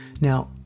Now